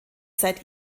seit